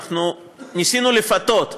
ניסינו לפתות,